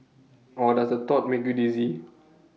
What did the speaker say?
or does the thought make you dizzy